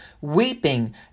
weeping